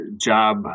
job